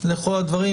לכל הדברים.